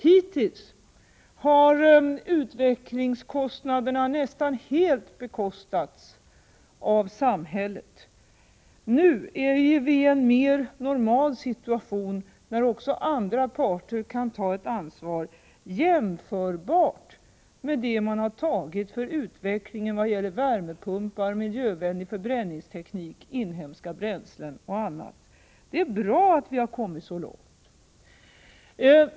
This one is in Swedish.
Hittills har utvecklingskostnaderna nästan helt betalats av samhället. Nu är vi i en mer normal situation när också andra parter kan ta ett ansvar jämförbart med det man har tagit för utvecklingen av värmepumpar, miljövänlig förbränningsteknik, inhemska bränslen och annat. Det är bra att vi har kommit så långt.